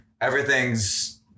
Everything's